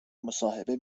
مصاحبه